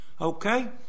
Okay